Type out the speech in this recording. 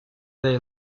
they